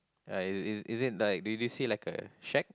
right is is it right did you see like a shack